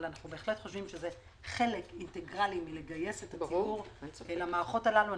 אבל אנחנו בהחלט חושבים שזה חלק אינטגרלי לגייס את הציבור למערכות הללו.